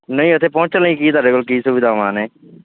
ਨਹੀਂ ਇੱਥੇ ਪਹੁੰਚਣ ਲਈ ਕੀ ਤੁਹਾਡੇ ਕੋਲ ਕੀ ਸੁਵਿਧਾਵਾਂ ਨੇ